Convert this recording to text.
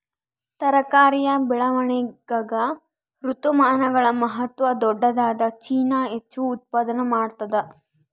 ತರಕಾರಿಯ ಬೆಳವಣಿಗಾಗ ಋತುಮಾನಗಳ ಮಹತ್ವ ದೊಡ್ಡದಾದ ಚೀನಾ ಹೆಚ್ಚು ಉತ್ಪಾದನಾ ಮಾಡ್ತದ